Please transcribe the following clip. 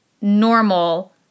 normal